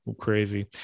crazy